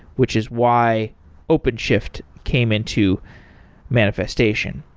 which is why openshift came into manifestation.